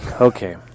okay